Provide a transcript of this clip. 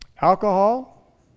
alcohol